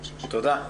תודה.